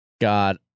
God